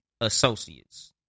associates